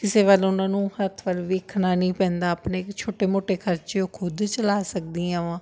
ਕਿਸੇ ਵੱਲ ਉਹਨਾਂ ਨੂੰ ਹੱਥ ਵੱਲ ਵੇਖਣਾ ਨਹੀਂ ਪੈਂਦਾ ਆਪਣੇ ਛੋਟੇ ਮੋਟੇ ਖਰਚੇ ਉਹ ਖੁਦ ਚਲਾ ਸਕਦੀਆਂ ਵਾਂ